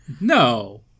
No